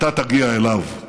אתה תגיע אליו.